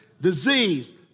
disease